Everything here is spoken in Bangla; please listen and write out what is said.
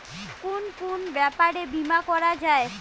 কুন কুন ব্যাপারে বীমা করা যায়?